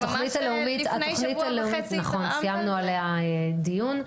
התוכנית הלאומית, נכון, סיימנו עליה דיון.